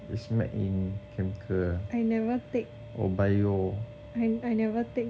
is make in chemical ah or bio